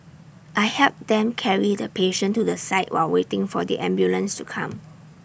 I helped them carry the patient to the side while waiting for the ambulance to come